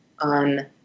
on